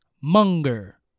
Munger